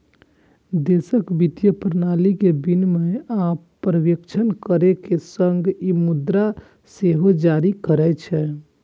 देशक वित्तीय प्रणाली के विनियमन आ पर्यवेक्षण करै के संग ई मुद्रा सेहो जारी करै छै